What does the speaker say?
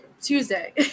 Tuesday